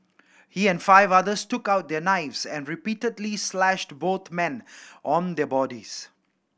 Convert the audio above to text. he and five others took out their knives and repeatedly slashed both men on their bodies